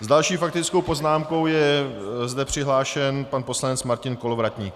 S další faktickou poznámkou je zde přihlášen pan poslanec Martin Kolovratník.